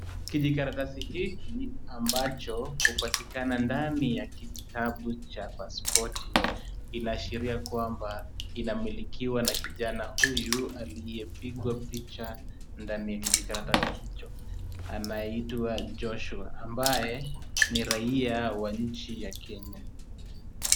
Kijikaratasi hiki ambacho hupatikana ndani ya kijitabu cha pasipoti, inaashiria kwamba inamilikiwa na kijana huyu aliyepigwa picha ndani ya kijkaratasi hicho anayeitwa Joshua, ambaye ni raia wa nchi ya Kenya.